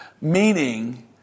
Meaning